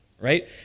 right